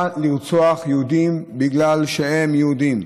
בא לרצוח יהודים בגלל שהם יהודים.